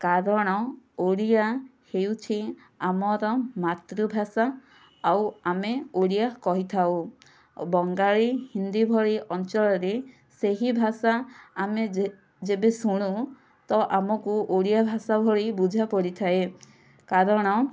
କାରଣ ଓଡ଼ିଆ ହେଉଛି ଆମର ମାତୃଭାଷା ଆଉ ଆମେ ଓଡ଼ିଆ କହିଥାଉ ବଙ୍ଗାଳୀ ହିନ୍ଦୀ ଭଳି ଅଞ୍ଚଳରେ ସେହି ଭାଷା ଆମେ ଯେ ଯେବେ ଶୁଣୁ ତ ଆମକୁ ଓଡ଼ିଆ ଭାଷା ଭଳି ବୁଝା ପଡ଼ିଥାଏ କାରଣ